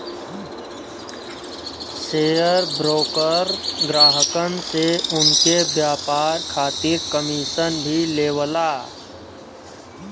share broker ग्राहकन से उनके व्यापार खातिर कमीशन भी लेवला